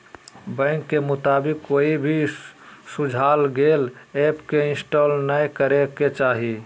bank के मुताबिक, कोई भी सुझाल गेल ऐप के इंस्टॉल नै करे के चाही